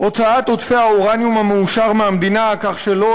הוצאת עודפי האורניום המועשר מהמדינה כך שלא